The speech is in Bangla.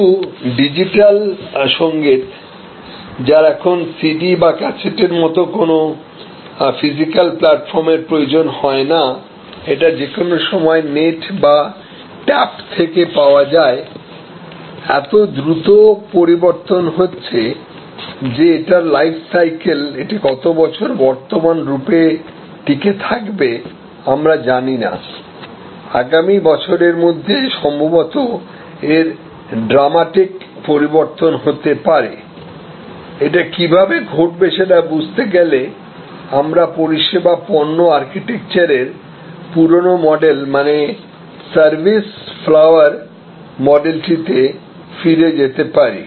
কিন্তু ডিজিটাল সংগীত যার এখন সিডি বা ক্যাসেটের মতো কোনও ফিজিক্যাল প্ল্যাটফর্মের প্রয়োজন হয় না এটা যে কোনও সময় নেট বা ট্যাপ থেকে পাওয়া যায় এত দ্রুত পরিবর্তন হচ্ছে যে এটার লাইফ সাইকেল এটি কত বছর বর্তমান রূপে টিকে থাকবে আমরা জানি না আগামী বছরের মধ্যে সম্ভবত এর ড্রামাটিক পরিবর্তন হতে পারে এটা কিভাবে ঘটবে সেটা বুঝতে গেলে আমরা পরিষেবা পণ্য আর্কিটেকচারের পুরানো মডেল মানে সার্ভিস ফ্লাওয়ার service flowerমডেলটিতে ফিরে যেতে পারি